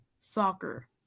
soccer